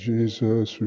Jesus